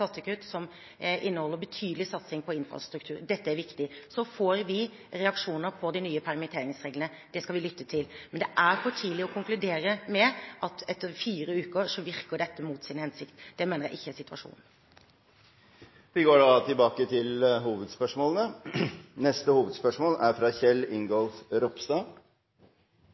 betydelig satsing på infrastruktur. Dette er viktig. Vi får reaksjoner på de nye permitteringsreglene. Dem skal vi lytte til, men det er for tidlig – etter fire uker – å konkludere med at dette virker mot sin hensikt. Det mener jeg ikke er situasjonen. Vi går til neste hovedspørsmål.